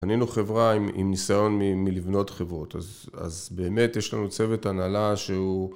קנינו חברה עם ניסיון מלבנות חברות, אז באמת יש לנו צוות הנהלה שהוא...